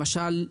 למשל,